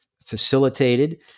facilitated